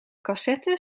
cassette